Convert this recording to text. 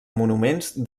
monuments